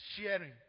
sharing